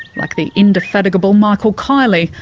like the indefatigable michael kiely,